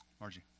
Margie